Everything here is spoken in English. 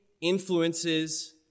influences